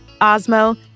osmo